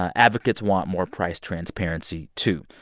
advocates want more price transparency, too.